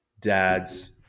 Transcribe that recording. dads